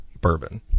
bourbon